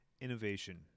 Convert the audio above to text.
Innovation